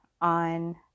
on